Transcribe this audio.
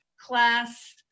class